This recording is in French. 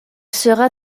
sera